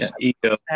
ego